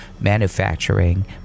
manufacturing